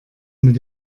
mit